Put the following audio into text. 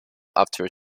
after